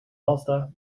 mazda